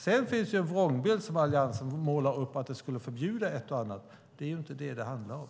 Sedan finns det en vrångbild som Alliansen målar upp av att vi skulle förbjuda ett och annat, men det är inte vad det handlar om.